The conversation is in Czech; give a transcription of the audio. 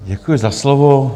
Děkuji za slovo.